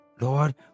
Lord